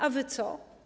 A wy co?